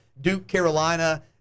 Duke-Carolina